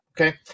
okay